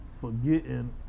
forgetting